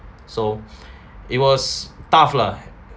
so it was tough lah